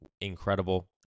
Incredible